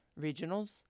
regionals